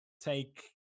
take